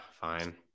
Fine